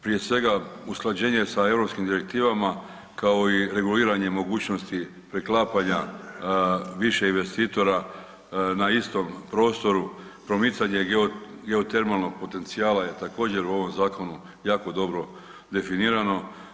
Prije svega usklađenje sa europskim direktivama, kao i reguliranje mogućnosti preklapanja više investitora na istom prostoru, promicanje geotermalnog potencijala je također u ovom zakonu jako dobro definirano.